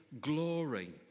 glory